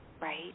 Right